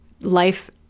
life